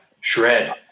Shred